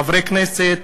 חברי כנסת,